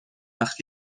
وقت